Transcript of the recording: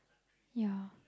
ya